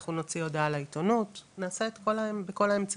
אנחנו נוציא הודעה לעיתונות, נעשה בכל האמצעים.